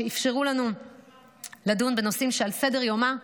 שאפשרו לנו לדון בנושאים שעל סדר-יומם,